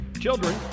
Children